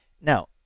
Now